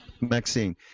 Maxine